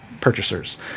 purchasers